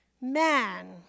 man